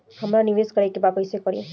हमरा निवेश करे के बा कईसे करी?